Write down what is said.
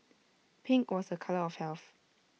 pink was A colour of health